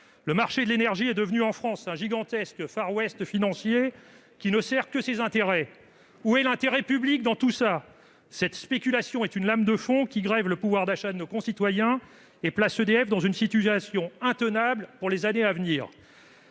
Le marché de l'énergie est devenu en France un gigantesque far west financier, qui ne sert que ses intérêts ! Où est l'intérêt public dans tout cela ? Cette spéculation est une lame de fond, qui grève le pouvoir d'achat de nos concitoyens et place EDF dans une situation intenable pour les années à venir.